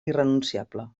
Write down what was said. irrenunciable